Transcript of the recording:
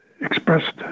expressed